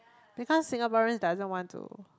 because Singaporean doesn't want to